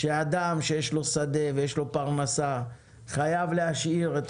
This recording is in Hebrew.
אדם שיש לו שדה ויש לו פרנסה חייב להשאיר את